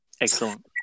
Excellent